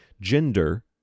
Gender